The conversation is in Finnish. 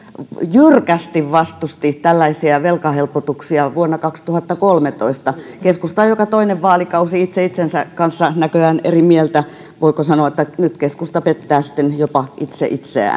jyrkästi vastusti tällaisia velkahelpotuksia vuonna kaksituhattakolmetoista keskusta on joka toinen vaalikausi itse itsensä kanssa näköjään eri mieltä voiko sanoa että nyt keskusta pettää sitten jopa itse itseään